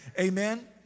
amen